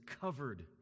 covered